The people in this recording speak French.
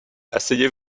asseyez